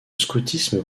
scoutisme